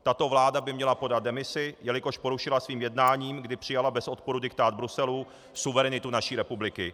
Tato vláda by měla podat demisi, jelikož porušila svým jednáním, kdy přijala bez odporu diktát Bruselu, suverenitu naší republiky.